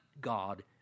God